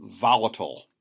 volatile